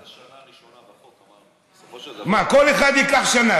שנה, מה, כל אחד ייקח שנה?